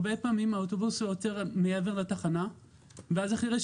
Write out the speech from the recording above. הרבה פעמים האוטובוס עוצר מעבר לתחנה ואז החירש